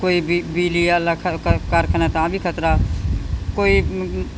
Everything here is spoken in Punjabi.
ਕੋਈ ਬਿ ਬਿਜਲੀ ਵਾਲਾ ਕਾਰਖਾਨਾ ਤਾਂ ਵੀ ਖਤਰਾ ਕੋਈ ਮ